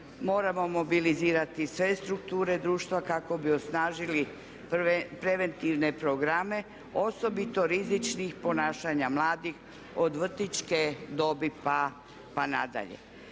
Moramo mobilizirati sve strukture društva kako bi osnažili preventivne programe osobito rizičnih ponašanja mladih od vrtićke dobi pa na dalje.